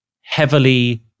heavily